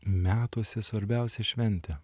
metuose svarbiausia šventė